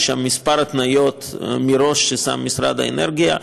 יש שם כמה התניות מראש, ששם משרד האנרגיה,